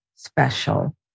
Special